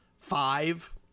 five